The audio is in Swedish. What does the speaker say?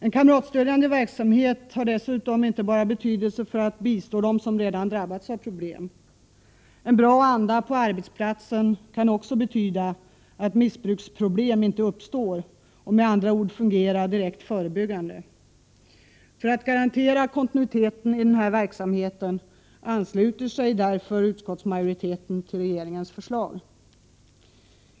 En kamratstödjande verksamhet har dessutom inte bara betydelse för att bistå dem som redan drabbats av problem. En bra anda på arbetsplatsen kan också betyda att missbruksproblem inte uppstår och med andra ord fungera direkt förebyggande. För att garantera kontinuiteten i den här verksamheten ansluter sig därför utskottsmajoriteten till regeringens förslag.